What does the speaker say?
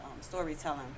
storytelling